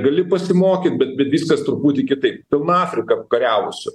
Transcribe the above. gali pasimokyt bet bet viskas truputį kitaip pilna afrika kariavusių